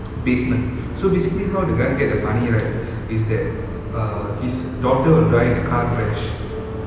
basement so basically how the guy get the money right is that err his daughter will die in a car crash